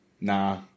Nah